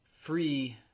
free